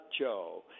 Joe